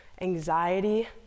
anxiety